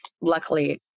luckily